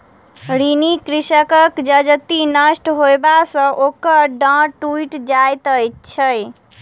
ऋणी कृषकक जजति नष्ट होयबा सॅ ओकर डाँड़ टुइट जाइत छै